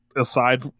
aside